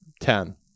Ten